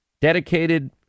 Dedicated